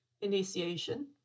initiation